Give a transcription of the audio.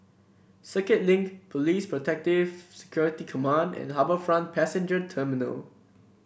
Circuit Link Police Protective Security Command and HarbourFront Passenger Terminal